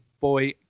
boy